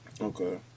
okay